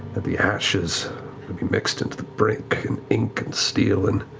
that the ashes would be mixed into the brick and ink and steel and